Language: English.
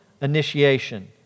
initiation